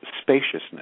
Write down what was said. spaciousness